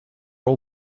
all